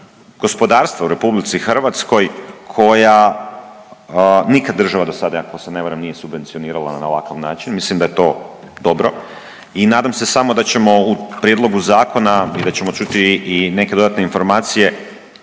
gospodarstva u RH koja nikad država do sada ako se ne varam nije subvencionirala na ovakav način, mislim da je to dobro. I nadam se samo da ćemo u prijedlogu zakona i da ćemo čuti i neke dodatne informacije